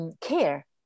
care